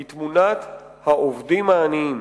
היא תמונת העובדים העניים,